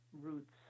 roots